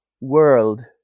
world